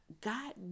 God